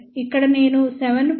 ఇక్కడ నేను 7